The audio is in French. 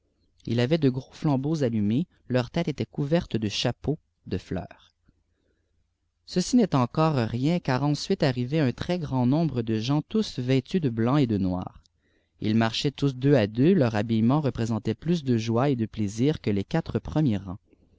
ils avaient de çros flambeaux allumés leurs têtes étaient couvertes de chapeaux de fleurs ceci n'est encore rien car ensuite arrivait un très grand nombre de gens tous vêtus de blanc et de noir ils marchaient deux à deux leur habillement représentait plus de joie et de plaisir pie les quatre